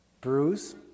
bruise